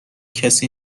کسی